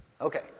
Okay